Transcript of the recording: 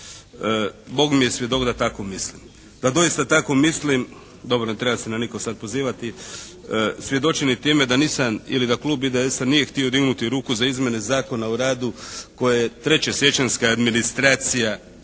Bog mi je svjedok da tako mislim. Da doista tako mislim, dobro ne trebam se na nikoga sad pozivati, svjedočim i time da nisam ili da klub IDS-a nije htio dignuti ruku za izmjene Zakona o radu koje je 3. siječanjska administracija